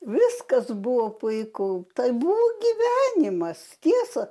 viskas buvo puiku tai buvo gyvenimas tiesa